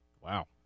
Wow